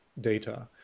data